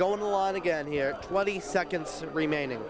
going the line again here twenty seconds remaining